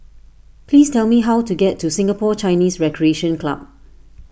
please tell me how to get to Singapore Chinese Recreation Club